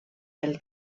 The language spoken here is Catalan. del